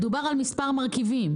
מדובר על מספר מרכיבים.